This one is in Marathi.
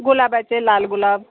गुलाबाचे लाल गुलाब